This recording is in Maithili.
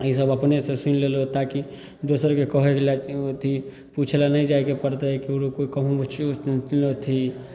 ईसब अपनेसे सुनि लेलहुँ ताकि दोसरके कहै लै अथी पुछैलए नहि जाइके पड़तै ककरो कोइ कहुँ अथी